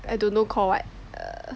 I don't know call what